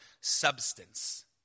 substance